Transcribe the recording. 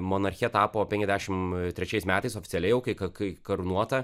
monarche tapo penkiasdešim trečiais metais oficialiai jau kai kai karūnuota